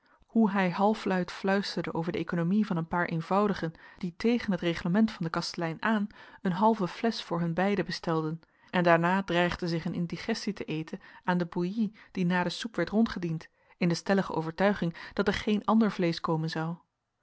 hoe hij halfluid fluisterde over de economie van een paar eenvoudigen die tegen t reglement van den kastelein aan een halve flesch voor hun beiden bestelden en daarna dreigden zich een indigestie te eten aan den bouilli die na de soep werd rondgediend in de stellige overtuiging dat er geen ander vleesch komen zou